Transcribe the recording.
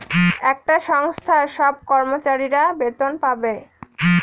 একটা সংস্থার সব কর্মচারীরা বেতন পাবে